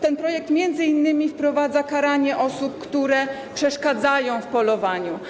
Ten projekt m.in. wprowadza karanie osób, które przeszkadzają w polowaniu.